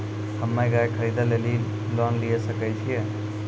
हम्मे गाय खरीदे लेली लोन लिये सकय छियै?